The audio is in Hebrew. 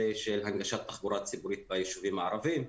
של הנגשת תחבורה ציבורית ביישובים הערביים,